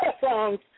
songs